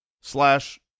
slash